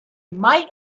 might